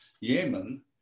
Yemen